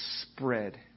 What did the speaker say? spread